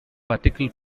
particle